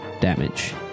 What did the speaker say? damage